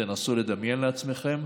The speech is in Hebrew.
תנסו לדמיין לעצמכם.